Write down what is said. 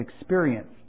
experience